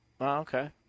Okay